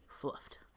fluffed